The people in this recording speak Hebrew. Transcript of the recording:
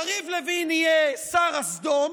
יריב לוין יהיה שר הסדום,